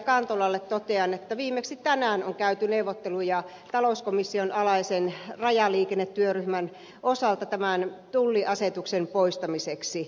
kantolalle totean että viimeksi tänään on käyty neuvotteluja talouskomission alaisen rajaliikennetyöryhmän osalta tämän tulliasetuksen poistamiseksi